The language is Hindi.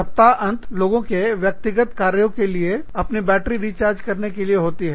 सप्ताहांत लोगों के व्यक्तिगत कार्यों के लिए अपनी बैटरी रिचार्ज करने के लिए होती है